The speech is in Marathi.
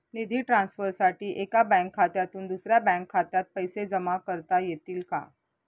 निधी ट्रान्सफरसाठी एका बँक खात्यातून दुसऱ्या बँक खात्यात पैसे जमा करता येतील का?